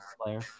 player